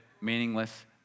meaningless